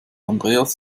andreas